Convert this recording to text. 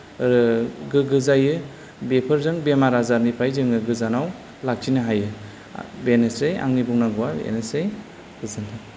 गोग्गो जायो बेफोरजों बेमार आजारनिफ्राय जोङो गोजानाव लाखिनो हायो बेनोसै आंनि बुंनांगौवा बेनोसै गोजोनथों